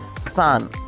sun